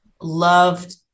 loved